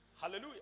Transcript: Hallelujah